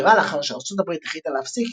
סגירה לאחר שארצות הברית החליטה להפסיק